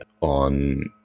on